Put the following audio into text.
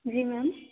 जी ma'am